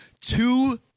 two